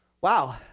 Wow